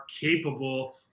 capable